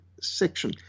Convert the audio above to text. section